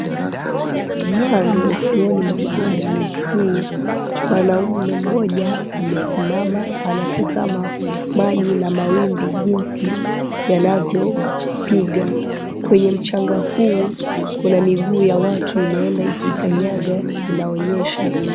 Kando ya ufuoni mwa baharini huu, mwanaume mmoja amesimama anatazama maji na mawimbi jinsi yanavyopiga. Kwenye mchanga huu kuna miguu ya watu imeenda ikikanyaga inaonyesha.